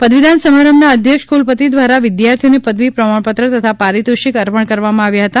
પદવીદાન સમારંભના અધ્યક્ષ કુલપતિ દ્વારા વિદ્યાર્થીઓને પદવી પ્રમાણપત્ર તથા પારિતોષિક અર્પણ કરવામાં આવ્યા હતા